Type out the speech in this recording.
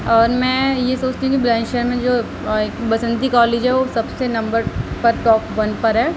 اور میں یہ سوچتی ہوں کہ بلند شہر میں جو بسنتی کالج ہے وہ سب سے نمبر پر ٹاپ ون پر ہے